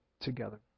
together